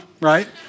right